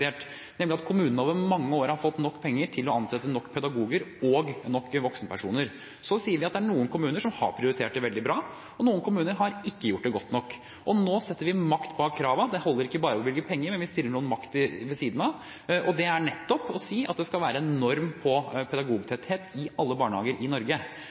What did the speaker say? nemlig at kommunene over mange år har fått nok penger til å ansette nok pedagoger og nok voksenpersoner. Så sier vi at det er noen kommuner som har prioritert det veldig bra, og noen kommuner har ikke gjort det godt nok. Og nå setter vi makt bak kravene – det holder ikke bare å bevilge penger; vi stiller noen krav ved siden av. Det er nettopp ved å si at det skal være en norm for pedagogtetthet i alle barnehager i Norge.